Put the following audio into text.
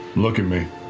look at me.